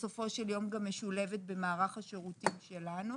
בסופו של יום גם משולבת במערך השירותים שלנו,